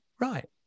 Right